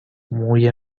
موی